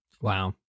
Wow